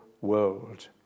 world